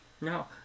No